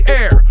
air